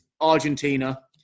Argentina